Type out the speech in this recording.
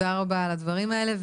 תודה רבה על הדברים האלה.